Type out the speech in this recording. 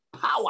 Power